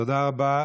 תודה רבה.